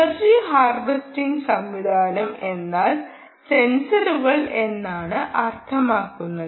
energy harvesting സംവിധാനം എന്നാൽ സെൻസറുകൾ എന്നാണ് അർത്ഥമാക്കുന്നത്